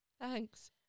Thanks